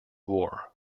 war